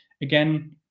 Again